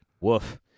Woof